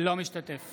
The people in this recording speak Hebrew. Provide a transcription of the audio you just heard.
אינו משתתף